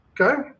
Okay